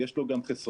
יש לו גם חסרונות,